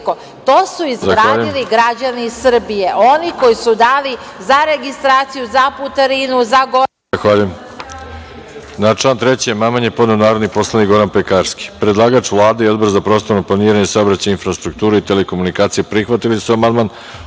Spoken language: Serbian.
To su izgradili građani Srbije, oni koji su dali za registraciju, za putarinu, za gorivo.